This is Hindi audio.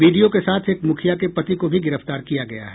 बीडीओ के साथ एक मुखिया के पति को भी गिरफ्तार किया गया है